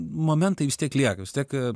momentai vis tiek lieka vis tiek